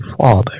Father